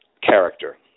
character